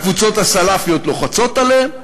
הקבוצות הסלפיות לוחצות עליהם.